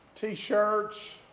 T-shirts